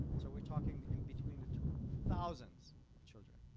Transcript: so we're talking in between the two thousands of children.